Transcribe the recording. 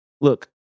look